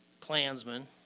clansmen